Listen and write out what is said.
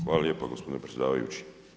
Hvala lijepa gospodine predsjedavajući.